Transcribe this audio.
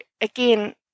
again